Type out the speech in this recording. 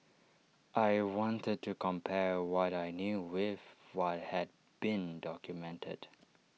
I wanted to compare what I knew with what had been documented